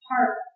heart